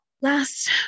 last